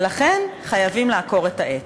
ולכן חייבים לעקור את העץ.